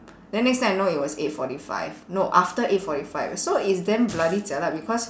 then next thing I know it was eight forty five no after eight forty five so it's damn bloody jialat because